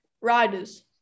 riders